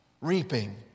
reaping